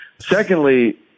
Secondly